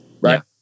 Right